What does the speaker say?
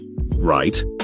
Right